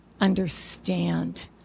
understand